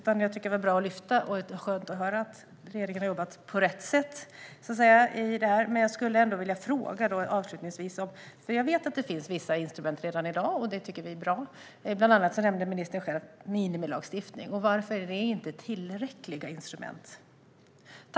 Det var bra att få ta upp detta och höra att regeringen har jobbat på rätt sätt här. Men jag skulle ändå avslutningsvis vilja ställa en fråga. Jag vet att det finns vissa instrument redan i dag, och det tycker vi är bra. Bland annat nämnde ministern minimilagstiftning. Varför är detta inte tillräckliga instrument?